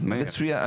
מצוין,